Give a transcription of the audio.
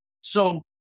So-